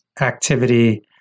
activity